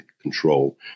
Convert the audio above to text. control